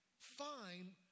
Fine